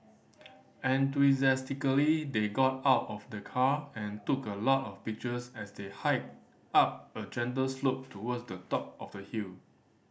enthusiastically they got out of the car and took a lot of pictures as they hiked up a gentle slope towards the top of the hill